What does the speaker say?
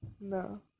No